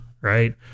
right